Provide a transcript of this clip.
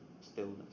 stillness